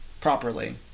properly